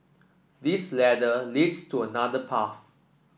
this ladder leads to another path